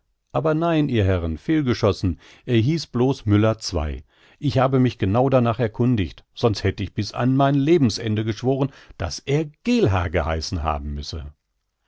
aber nein ihr herren fehlgeschossen er hieß bloß müller ii ich habe mich genau danach erkundigt sonst hätt ich bis an mein lebensende geschworen daß er geelhaar geheißen haben müsse